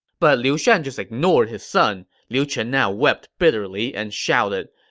but liu shan just ignored his son. liu chen now wept bitterly and shouted,